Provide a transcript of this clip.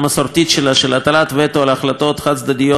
של הטלת וטו על החלטות חד-צדדיות אנטי-ישראליות,